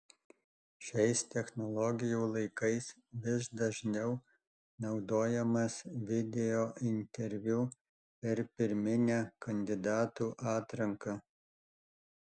šiais technologijų laikais vis dažniau naudojamas videointerviu per pirminę kandidatų atranką